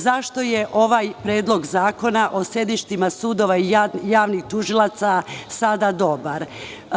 Zašto je ovaj predlog zakona o sedištima sudova i javnih tužilaca sada dobar?